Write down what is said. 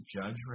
judge